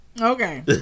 Okay